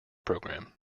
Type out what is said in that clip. program